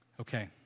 Okay